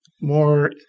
more